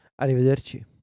Arrivederci